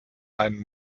einem